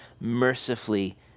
mercifully